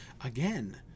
Again